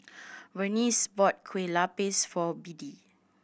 Vernice bought Kueh Lupis for Biddie